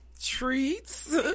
Treats